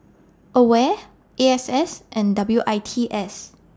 AWARE E X S and W I T S